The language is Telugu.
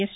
ఎస్